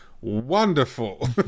wonderful